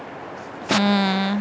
mm